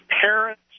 parents